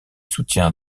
soutiens